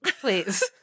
please